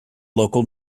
local